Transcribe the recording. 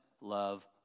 love